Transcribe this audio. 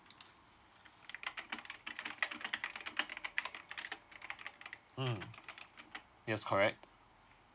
mm yes correct